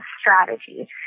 strategy